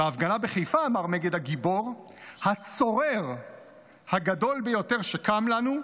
בהפגנה בחיפה אמר מגד הגיבור: הצורר הגדול ביותר שקם לנו,